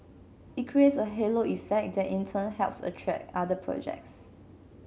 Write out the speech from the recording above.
it creates a halo effect that in turn helps attract other projects